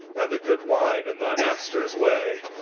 and the good wine in thy masters way